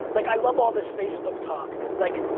like i love all this facebook talk, like,